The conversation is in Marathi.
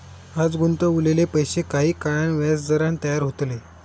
आज गुंतवलेले पैशे काही काळान व्याजदरान तयार होतले